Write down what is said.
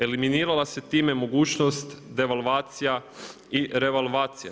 Eliminirala se time mogućnost devalvacija i revalvacija.